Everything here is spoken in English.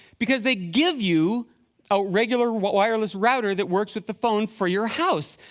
because they give you a regular wireless router that works with the phone, for your house.